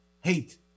hate